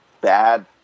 bad